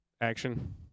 action